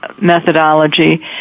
methodology